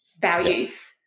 values